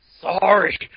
Sorry